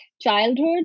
childhood